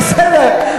בסדר,